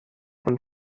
und